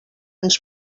ens